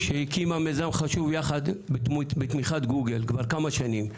-- שהקימה מיזם חשוב בתמיכת גוגל כבר כמה שנים.